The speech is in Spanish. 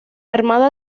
armada